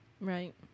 Right